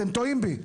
אתם טועים בי.